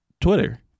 Twitter